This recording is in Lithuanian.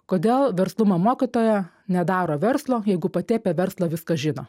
kodėl verslumo mokytoja nedaro verslo jeigu pati apie verslą viską žino